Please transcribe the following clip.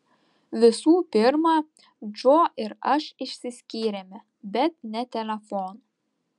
visų pirma džo ir aš išsiskyrėme bet ne telefonu